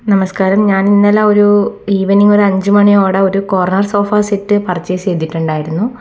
നമസ്കാരം ഞാൻ ഇന്നലെ ഒരു ഈവെനിംഗ് ഒരു അഞ്ചു മണിയോടെ ഒരു കോർണർ സോഫാ സെറ്റ് പർച്ചേസ് ചെയ്തിട്ടുണ്ടായിരുന്നു